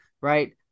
right